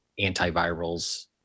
antivirals